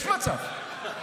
יש מצב.